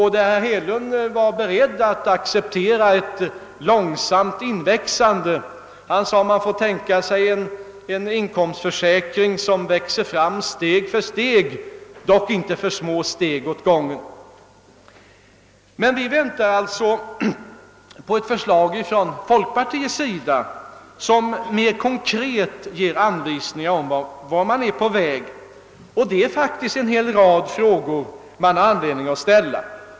Herr Hedlund var också beredd att acceptera ett långsamt inväxande och sade, att man får tänka sig en inkomstförsäkring som växer fram steg för steg, dock inte för små steg åt gången. Men vi väntar alltså på ett förslag från folkpartiets sida som mer konkret anvisar vart man är på väg. Det finns faktiskt anledning att ställa en hel rad frågor.